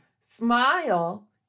smile